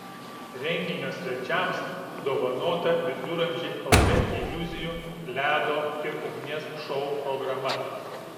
renginio svečiams dovanota viduramžiai lt iliuzijų ledo ir ugnies šou programa